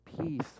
peace